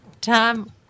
Tom